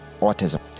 autism